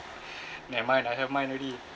never mind I have mine already